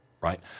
right